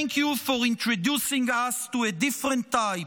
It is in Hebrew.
Thank you for introducing us to a different type